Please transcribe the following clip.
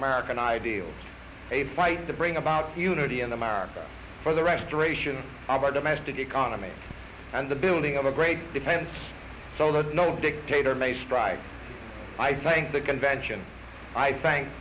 american ideals a fight to bring about unity in america for the restoration of our domestic economy and the building of a great defense no dictator may strike i thank the convention i thank